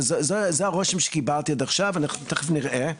אז זה הרושם שאני קיבלתי עד עכשיו ואנחנו תיכף נראה.